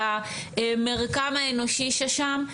על המרקם האנושי ששם,